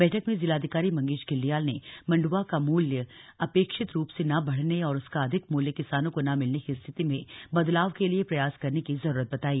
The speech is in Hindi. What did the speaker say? बैठक में जिलाधिकारी मंगेश घिल्डियाल ने मंडवा का मूल्य अपेक्षित रूप से न बढ़ने और उसका अधिक मूल्य किसानों को न मिलने की स्थिति में बदलाव के लिए प्रयास करने की जरूरत बताई